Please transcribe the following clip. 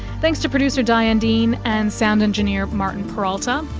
thanks to producer diane dean and sound engineer martin peralta.